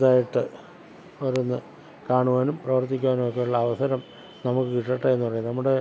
ഇതായിട്ട് ഓരോന്ന് കാണുവാനും പ്രവർത്തിക്കാനും ഒക്കെ ഉള്ള അവസരം നമുക്ക് കിട്ടട്ടെ എന്നു പറയുന്ന നമ്മുടെ